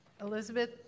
Elizabeth